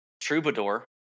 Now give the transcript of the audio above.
Troubadour